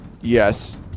Yes